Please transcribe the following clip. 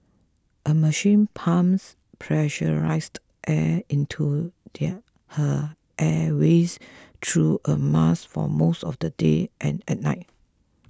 a machine pumps pressurised air into her airways through a mask for most of the day and at night